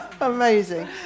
Amazing